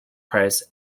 price